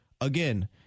Again